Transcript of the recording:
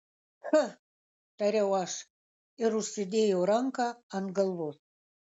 ch tariau aš ir užsidėjau ranką ant galvos